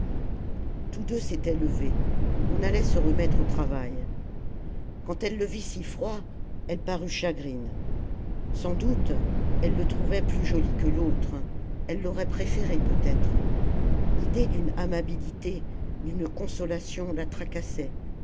tous deux s'étaient levés on allait se remettre au travail quand elle le vit si froid elle parut chagrine sans doute elle le trouvait plus joli que l'autre elle l'aurait préféré peut-être l'idée d'une amabilité d'une consolation la tracassait